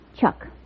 Chuck